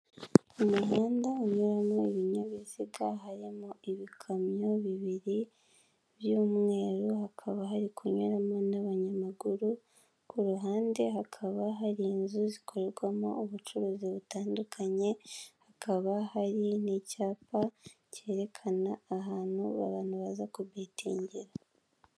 Umuhanda unyuramo ibinyabiziga harimo ibikamyo bibiri by'umweru hakaba hari kunyuramo n'abanyamaguru ku ruhande, hakaba hari inzu zikorerwamo ubucuruzi butandukanye hakaba hari n'icyapa cyerekana ahantu abantu baza kutegera.